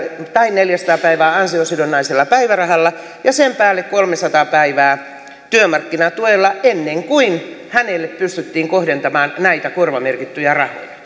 tai neljäsataa päivää ansiosidonnaisella päivärahalla ja sen päälle kolmesataa päivää työmarkkinatuella ennen kuin hänelle pystyttiin kohdentamaan näitä korvamerkittyjä